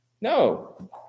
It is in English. No